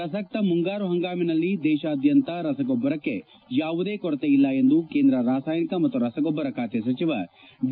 ಪ್ರಸಕ್ತ ಮುಂಗಾರು ಹಂಗಾಮಿನಲ್ಲಿ ದೇಶಾದ್ವಂತ ರಸಗೊಬ್ಬರಕ್ಕೆ ಯಾವುದೇ ಕೊರತೆ ಇಲ್ಲ ಎಂದು ಕೇಂದ್ರ ರಾಸಾಯನಿಕ ಮತ್ತು ರಸಗೊಬ್ಬರ ಸಚಿವ ಡಿ